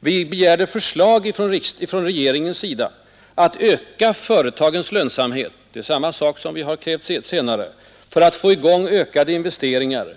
Vi begärde förslag från regeringens sida ägnade att öka företagens lönsamhet — det är samma sak som vi har krävt senare — för att få i gång ökade investeringar.